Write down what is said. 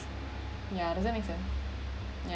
yeah this one is a yeah